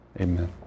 Amen